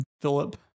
Philip